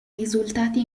risultati